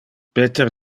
peter